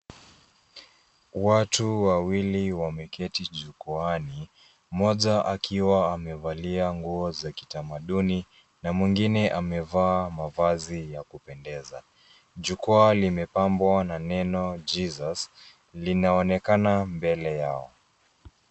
Watu wawili wameketi jukwaani, mmoja akiwa amevalia nguo za kitamaduni na mwingine amevaa mavazi ya kupendeza. Jukwaa limepambwa na neno Jesus, linaonekana mbele yao.